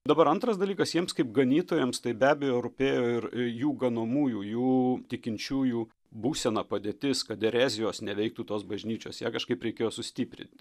dabar antras dalykas jiems kaip ganytojams tai be abejo rūpėjo ir jų ganomųjų jų tikinčiųjų būsena padėtis kad erezijos neveiktų tos bažnyčios ją kažkaip reikėjo sustiprint